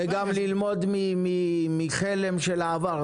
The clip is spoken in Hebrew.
וגם ללמוד מחלם של העבר.